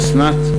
אסנת,